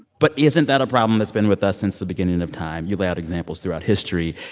but isn't that a problem that's been with us since the beginning of time? you lay out examples throughout history.